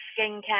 skincare